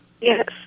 Yes